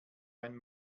ein